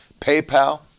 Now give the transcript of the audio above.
PayPal